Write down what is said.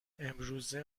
امروزه